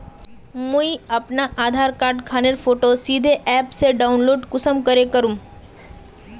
मुई अपना आधार कार्ड खानेर फोटो सीधे ऐप से डाउनलोड कुंसम करे करूम?